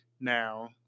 Now